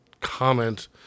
comment